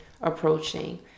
approaching